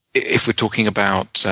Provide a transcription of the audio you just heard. if we're talking about